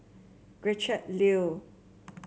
Gretchen Liu